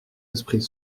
esprit